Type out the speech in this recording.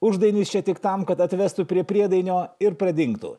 uždainis čia tik tam kad atvestų prie priedainio ir pradingtų